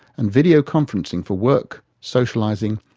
and video conferencing for work, socialising,